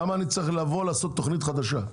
למה אני צריך לבוא ולעשות תוכנית חדשה?